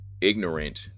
ignorant